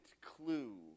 clue